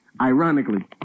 ironically